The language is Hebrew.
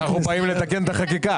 אנחנו באים לתקן את החקיקה.